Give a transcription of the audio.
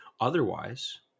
Otherwise